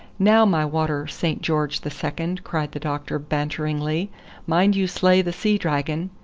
now my water saint george the second, cried the doctor banteringly mind you slay the sea-dragon.